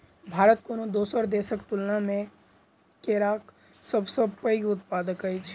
भारत कोनो दोसर देसक तुलना मे केराक सबसे पैघ उत्पादक अछि